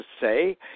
say